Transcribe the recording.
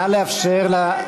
נא לאפשר לה,